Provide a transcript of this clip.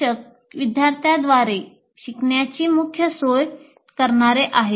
शिक्षक विद्यार्थ्यांद्वारे शिकण्याची मुख्य सोय करणारे आहेत